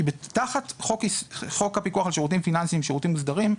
כי תחת חוק הפיקוח על שירותים פיננסיים (שירותים פיננסיים מוסדרים)